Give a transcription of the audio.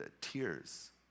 Tears